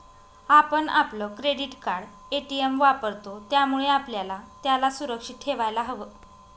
आपण आपलं credit card, ATM वापरतो, त्यामुळे आपल्याला त्याला सुरक्षित ठेवायला हव